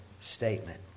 statement